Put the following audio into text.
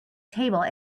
table